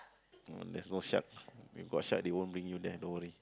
there's no shark if got shark they won't bring you there don't worry